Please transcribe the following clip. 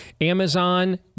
Amazon